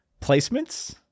placements